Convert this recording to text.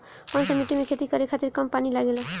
कौन सा मिट्टी में खेती करे खातिर कम पानी लागेला?